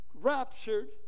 raptured